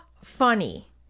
funny